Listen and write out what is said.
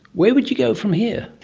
where would you go from here?